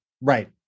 right